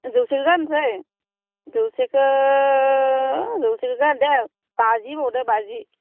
जौसे गारनोसै जौसेखौ जौसेखौ गारदो बाजि होबावदो बाजि